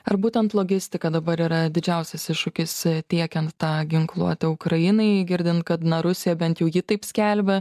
ar būtent logistika dabar yra didžiausias iššūkis tiekiant tą ginkluotę ukrainai girdint kad na rusija bent jau ji taip skelbia